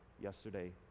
yesterday